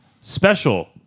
special